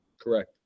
Correct